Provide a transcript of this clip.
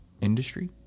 industry